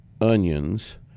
onions